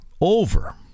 over